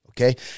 Okay